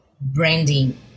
branding